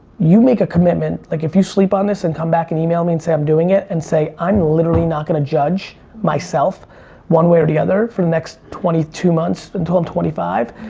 you make a commitment. like if you sleep on this and come back and email me and say, i'm doing it, and say, i'm literally not gonna judge myself one way or the other for the next twenty two months until i'm twenty five,